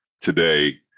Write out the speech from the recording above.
today